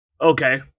Okay